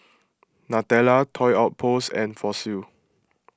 Nutella Toy Outpost and Fossil